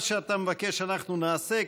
מה שאתה מבקש אנחנו נעשה.